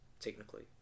Technically